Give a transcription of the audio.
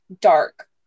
dark